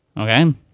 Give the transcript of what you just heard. okay